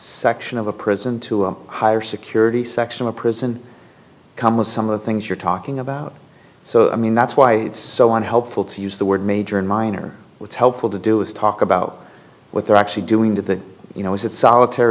section of a prison to a higher security section of a prison come of some of the things you're talking about so i mean that's why it's so on helpful to use the word major and minor it's helpful to do is talk about what they're actually doing to the you know is it solita